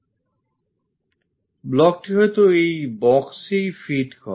blockটি হয়তো এই box এ ই fit করে